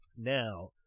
Now